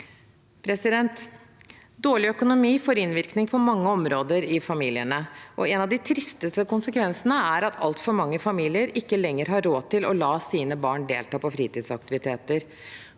Dårlig økonomi får innvirkning på mange områder i familiene, og en av de tristeste konsekvensene er at altfor mange familier ikke lenger har råd til å la sine barn delta på fritidsaktiviteter.